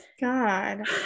god